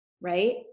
right